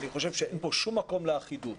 אני חושב שאין פה שום מקום לאחידות.